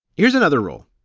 here's another rule.